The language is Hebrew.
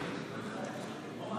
בבקשה.